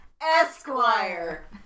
Esquire